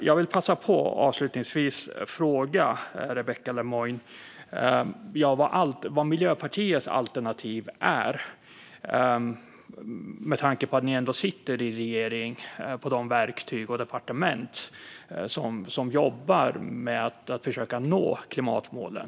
Jag vill avslutningsvis passa på att fråga Rebecka Le Moine vad Miljöpartiets alternativ är, med tanke på att ni ändå sitter i regering med de verktyg och de departement som jobbar med att försöka nå klimatmålen.